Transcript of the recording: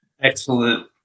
Excellent